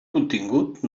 contingut